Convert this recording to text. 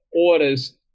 orders